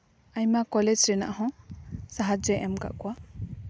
ᱟᱭᱢᱟ ᱠᱚᱞᱮᱡᱽ ᱨᱮᱱᱟᱜ ᱦᱚᱸ ᱥᱟᱦᱟᱡᱽᱡᱚ ᱮᱢ ᱠᱟᱜ ᱠᱚᱣᱟ